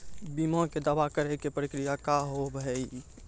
बीमा के दावा करे के प्रक्रिया का हाव हई?